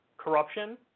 Corruption